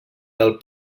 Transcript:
del